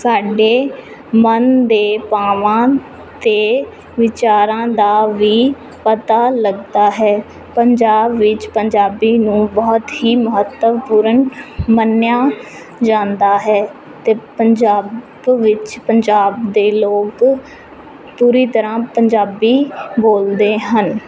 ਸਾਡੇ ਮਨ ਦੇ ਭਾਵਾਂ ਅਤੇ ਵਿਚਾਰਾਂ ਦਾ ਵੀ ਪਤਾ ਲੱਗਦਾ ਹੈ ਪੰਜਾਬ ਵਿੱਚ ਪੰਜਾਬੀ ਨੂੰ ਬਹੁਤ ਹੀ ਮਹੱਤਵਪੂਰਨ ਮੰਨਿਆ ਜਾਂਦਾ ਹੈ ਅਤੇ ਪੰਜਾਬ ਵਿੱਚ ਪੰਜਾਬ ਦੇ ਲੋਕ ਪੂਰੀ ਤਰ੍ਹਾਂ ਪੰਜਾਬੀ ਬੋਲਦੇ ਹਨ